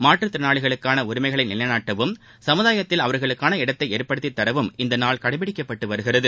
மாற்றுத் திறனாளிகளுக்கான உரிமைகளை நிலைநாட்டவும் சமூதாயத்தில் அவர்களுக்கான இடத்தை ஏற்படுத்தித்தரவும் இந்த நாள் கடைபிடிக்கப்பட்டு வருகிறது